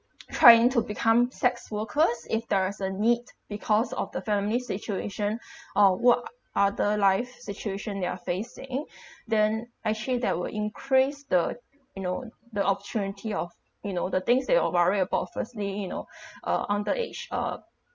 trying to become sex workers if there is a need because of the family situation or what other life situation they're facing then actually that will increased the you know the opportunity of you know the things that you are worry about firstly you know uh under age uh